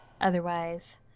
otherwise